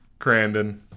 crandon